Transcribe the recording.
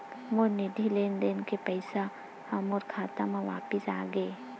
मोर निधि लेन देन के पैसा हा मोर खाता मा वापिस आ गे